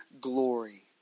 glory